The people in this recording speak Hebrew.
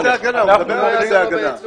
הוא מדבר על מכס ההגנה.